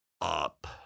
up